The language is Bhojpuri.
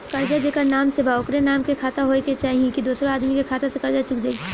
कर्जा जेकरा नाम से बा ओकरे नाम के खाता होए के चाही की दोस्रो आदमी के खाता से कर्जा चुक जाइ?